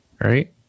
right